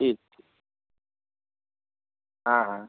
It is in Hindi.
ठीक ठीक हाँ हाँ